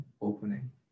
opening